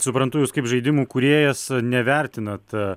suprantu jus kaip žaidimų kūrėjas nevertinat